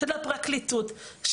של הפרקליטות,